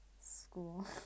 school